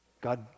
God